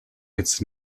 its